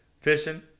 Fishing